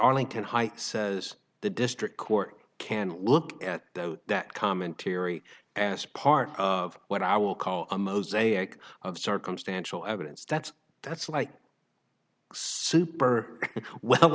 arlington heights says the district court can look at that commentary as part of what i will call a mosaic of circumstantial evidence that's that's like super well